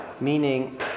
meaning